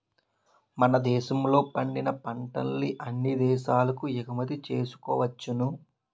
మన దేశంలో పండిన పంటల్ని అన్ని దేశాలకు ఎగుమతి చేసుకోవచ్చును